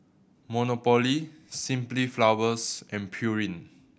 Monopoly Simply Flowers and Pureen